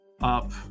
up